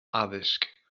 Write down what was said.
addysg